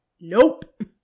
Nope